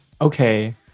Okay